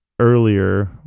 earlier